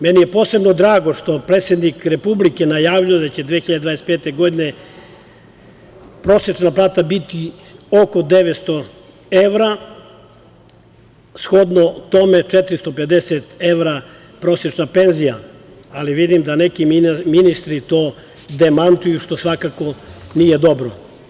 Meni je posebno drago što predsednik Republike najavljuje da će 2025. godine prosečna plata biti oko 900 evra, shodno tome, 450 evra prosečna penzija, ali vidim da neki ministri to demantuju, što svakako nije dobro.